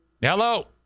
Hello